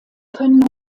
können